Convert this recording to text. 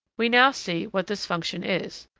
we now see what this function is.